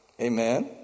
amen